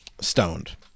Stoned